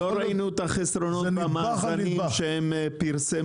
אבל רשמתי --- לא ראינו את החסרונות במאזנים שהם פרסמו,